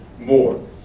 more